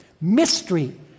Mystery